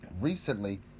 Recently